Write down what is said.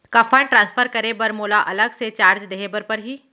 का fund transfer करे बर मोला अलग से चार्ज देहे बर परही?